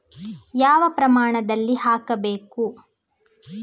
ಯಾವ ಪ್ರಮಾಣದಲ್ಲಿ ಹಾಕಬೇಕು?